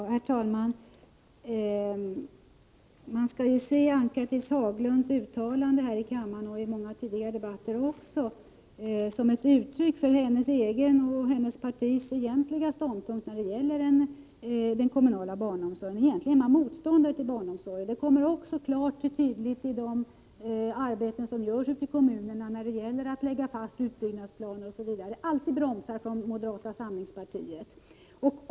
Herr talman! Man skall se Ann-Cathrine Haglunds uttalande här i dag, och i många tidigare debatter, som ett uttryck för hennes egen och hennes partis egentliga ståndpunkt när det gäller kommunal barnomsorg. Man är egentligen motståndare till barnomsorg. Det kommer klart och tydligt till uttryck i arbetet ute i kommunerna på att lägga fast utbyggnadsplanerna osv. Alltid bromsas förslagen av moderaterna.